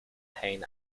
pain